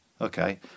okay